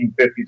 1950s